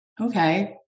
okay